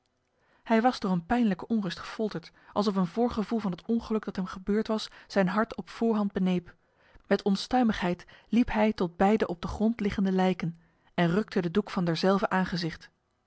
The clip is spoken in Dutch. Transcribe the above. hij was door een pijnlijke onrust gefolterd alsof een voorgevoel van het ongeluk dat hem gebeurd was zijn hart op voorhand beneep met onstuimigheid liep hij tot bij de op de grond liggende lijken en rukte de doek van derzelver aangezicht